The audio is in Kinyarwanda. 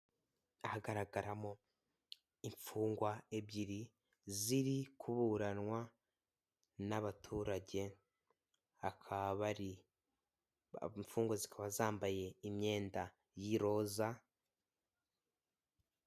Hagaragaramo imfungwa ebyiri ziri kuburanwa n'abaturage, hakaba bari, imfungwa zikaba zambaye imyenda y'iroza.